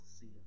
see